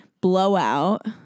blowout